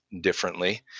differently